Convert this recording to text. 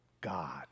God